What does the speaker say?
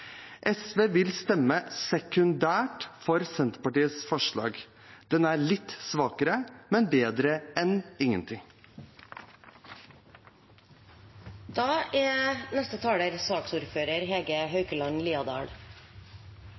SV vil stemme sekundært for Senterpartiets forslag. Det er litt svakere, men bedre enn